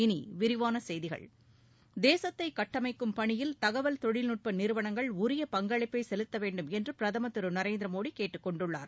இனி விரிவான செய்திகள் தேசத்தை கட்டமைக்கும் பணியில் தகவல் தொழில்நுட்ப நிறுவனங்கள் உரிய பங்களிப்பை செலுத்த வேண்டும் என்று பிரதமர் திரு நரேந்திர மோடி கேட்டுக்கொண்டுள்ளார்